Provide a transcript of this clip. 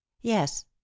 Yes